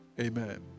Amen